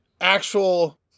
actual